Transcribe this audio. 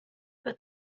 but